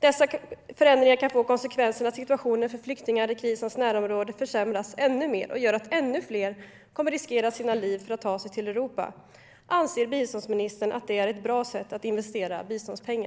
Dessa förändringar kan få konsekvensen att situationen för flyktingar i krisens närområde försämras ännu mer och att ännu fler kommer att riskera sina liv för att ta sig till Europa. Anser biståndsministern att det är ett bra sätt att investera biståndspengar?